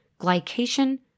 glycation